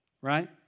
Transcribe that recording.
right